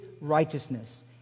righteousness